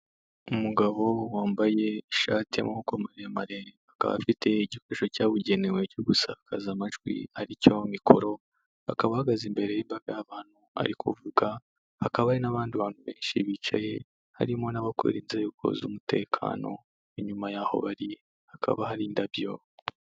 Umugabo wambaye ishati y'amaboko maremare, akaba afite igikoresho cyabugenewe cyo gusakaza amajwi ari cyo mikoro, akaba ahagaze imbere y'imbaga y'abantu ari kuvuga, hakaba hari n'abandi bantu benshi bicaye harimo n'abakorera inzego z'umutekano, inyuma yaho bari hakaba hari indabyo.